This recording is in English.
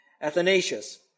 Athanasius